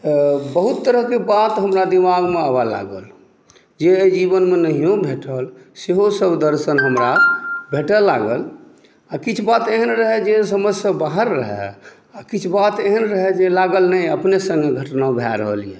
बहुत तरहक बात हमरा दिमागमे आबऽ लागल जे एहि जीवनमे नहियो भेटल सेहो सभ दर्शन हमरा भेटऽ लागल आ किछु बात एहन रहय जे समझसे बाहर रहय किछु बात एहन रहय जे लागल नहि अपने सङ्गे घटना भए रहल यऽ